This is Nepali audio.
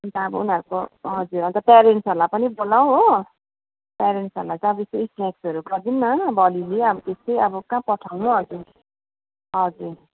अन्त अब उनीहरूको हजुर अन्त प्यारेन्ट्सहरूलाई पनि बोलाऊ हो प्यारेन्ट्सहरूलाई चाहिँ अब यसो स्नेक्सहरू गरिदिऊ न अब अलिअलि त्यसै अब कहाँ पठाउनु हजुर हजुर